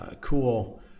cool